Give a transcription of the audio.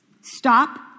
Stop